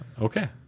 Okay